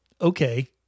okay